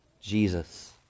Jesus